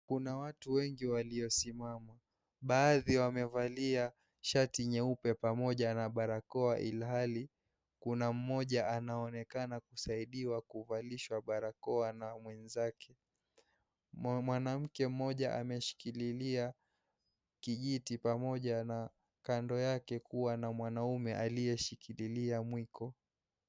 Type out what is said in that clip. Kuna watu wengi waliosimama. Baadhi wamevalia shati nyeupe pamoja na barakoa ilhali kuna mmoja anaonekana kusaidiwa kuvalishwa barakoa na mwenzake. Mwanamke mmoja ameshikililia kijiti pamoja na kando yake kuwa na mwanamme aliyeshikililia mwiko.